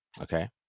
Okay